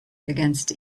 against